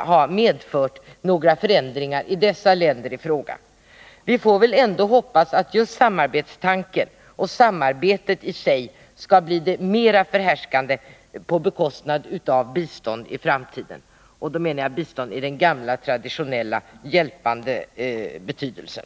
hade medfört några förändringar i länderna i fråga. Vi får väl ändå hoppas att i framtiden samarbetet skall bli mera förhärskande på bekostnad av biståndet — och då menar jag bistånd i den traditionella bemärkelsen av hjälp.